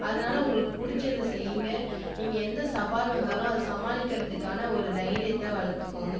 அதனால் உங்களுக்கு பிடிச்சத செய்யுங்க நீங்கள் எந்த சவால் வந்தாலும் அதை சாமளிக்கிறதுக்கான ஒரு தையிரியத்த வளர்த்துக்கோங்க